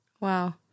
Wow